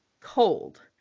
cold